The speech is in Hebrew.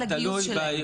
בגיוס שלהם?